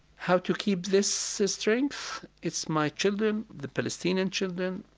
how to keep this strength? it's my children, the palestinian children,